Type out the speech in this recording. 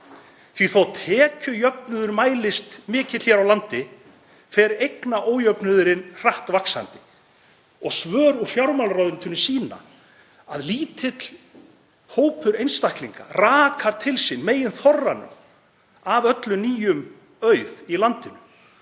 að þótt tekjujöfnuður mælist mikill hér á landi fer eignaójöfnuðurinn hratt vaxandi. Svör úr fjármálaráðuneytinu sýna að lítill hópur einstaklinga rakar til sín meginþorranum af öllum nýjum auð í landinu